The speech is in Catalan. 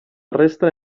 resta